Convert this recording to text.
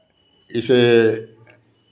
इसे